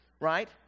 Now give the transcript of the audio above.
right